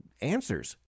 answers